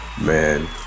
man